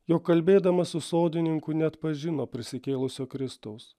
jog kalbėdama su sodininku neatpažino prisikėlusio kristaus